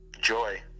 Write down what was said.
joy